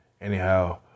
Anyhow